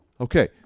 Okay